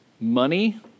money